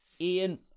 ian